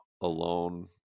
alone